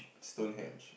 Stonehenge